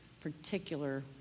particular